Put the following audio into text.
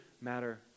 matter